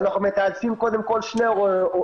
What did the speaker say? אנחנו מתעדפים קודם כל שני הורים.